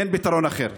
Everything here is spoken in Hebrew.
אין פתרון אחר.